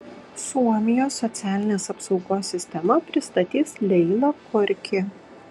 suomijos socialinės apsaugos sistemą pristatys leila kurki